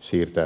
siirtää tuotteen hintaan